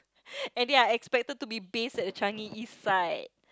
and they are expected to be based at Changi-East side